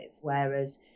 whereas